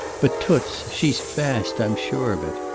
but toots! she's fast, i'm sure of it.